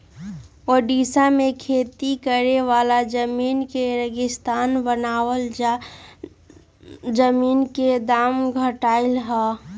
ओड़िशा में खेती करे वाला जमीन के रेगिस्तान बनला से जमीन के दाम घटलई ह